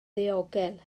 ddiogel